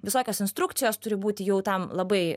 visokios instrukcijos turi būti jau tam labai